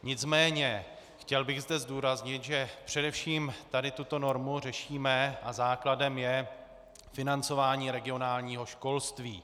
Nicméně chtěl bych zde zdůraznit, že především tuto normu řešíme a základem je financování regionálního školství.